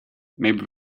maybe